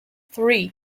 three